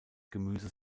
gemüse